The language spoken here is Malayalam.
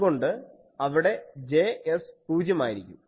അതുകൊണ്ട് അവിടെ Js പൂജ്യമായിരിക്കും